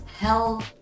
Hell